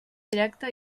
directa